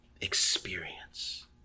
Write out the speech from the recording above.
experience